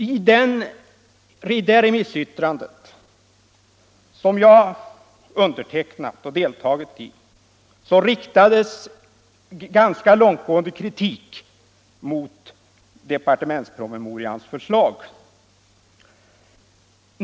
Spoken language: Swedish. I det remissyttrande som jag har varit med om att underteckna riktades ganska långtgående kritik mot departementspromemorians förslag.